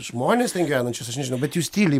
žmones gyvenančius aš nežinau bet jūs tyliai